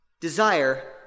desire